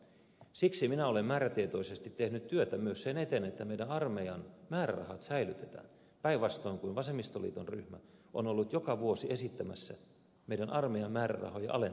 siksi minä olen määrätietoisesti tehnyt työtä myös sen eteen että meidän armeijamme määrärahat säilytetään päinvastoin kuin vasemmistoliiton ryhmä joka on ollut joka vuosi esittämässä meidän armeijamme määrärahojen alentamista